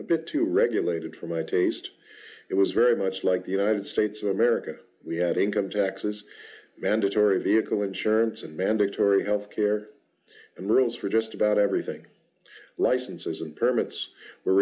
a bit too regulated for my taste it was very much like the united states of america we had income taxes mandatory vehicle insurance and mandatory health care and rules for just about everything licenses and permits were